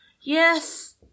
Yes